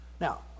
Now